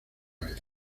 vez